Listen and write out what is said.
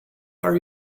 are